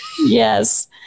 Yes